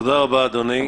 תודה רבה, אדוני.